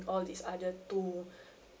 all these other two